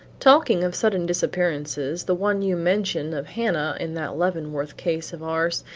talking of sudden disappearances the one you mention of hannah in that leavenworth case of ours,